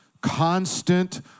constant